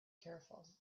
careful